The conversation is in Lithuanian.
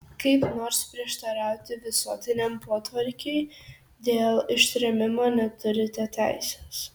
kaip nors prieštarauti visuotiniam potvarkiui dėl ištrėmimo neturite teisės